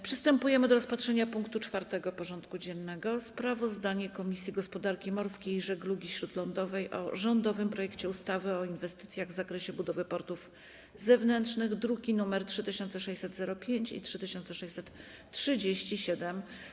Przystępujemy do rozpatrzenia punktu 4. porządku dziennego: Sprawozdanie Komisji Gospodarki Morskiej i Żeglugi Śródlądowej o rządowym projekcie ustawy o inwestycjach w zakresie budowy portów zewnętrznych (druki nr 3605 i 3637)